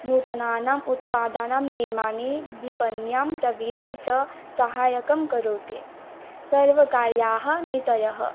नूतनानाम् उत्पादननिर्माणे विपण्यां प्रवेशं च साहाय्यं करोति सर्वकार्याः नीतयः